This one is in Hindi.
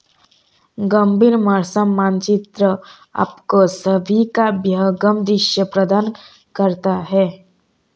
गंभीर मौसम मानचित्र आपको सभी का विहंगम दृश्य प्रदान करता है